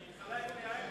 החליקה לי האצבע.